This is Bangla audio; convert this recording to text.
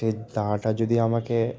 সেই দাওয়াটা যদি আমাকে